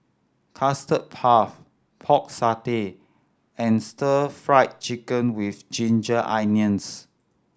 Custard Puff Pork Satay and Stir Fried Chicken With Ginger Onions